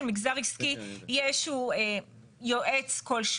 מגזר עסקי יהיה איזה שהוא יועץ כלשהו.